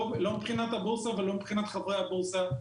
לא מבחינת הבורסה ולא מבחינת חברי הבורסה.